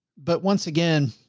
but once again,